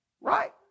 Right